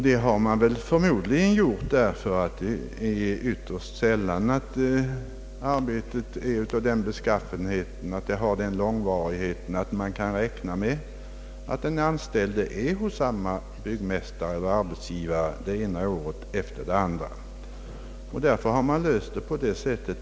Det har man förmodligen gjort därför att det ytterst sällan är så att den anställde kan räkna med samma arbetgivare det ena året efter det andra.